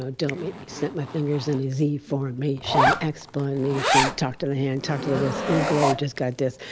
ah don't make me snap my fingers in a z formation, explanation, talk to the hand, talk to the wrist. ooh, girl, you just got dissed.